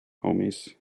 homies